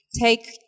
take